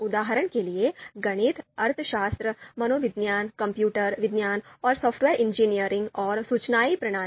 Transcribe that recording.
उदाहरण के लिए गणित अर्थशास्त्र मनोविज्ञान कंप्यूटर विज्ञान और सॉफ्टवेयर इंजीनियरिंग और सूचना प्रणाली